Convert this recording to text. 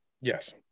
Yes